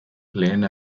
lehen